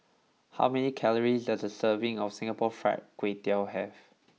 how many calories does a serving of Singapore Fried Kway Tiao have